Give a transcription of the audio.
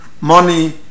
money